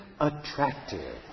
attractive